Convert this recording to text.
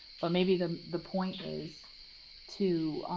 but maybe the the point is to